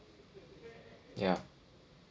ya